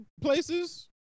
places